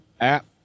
app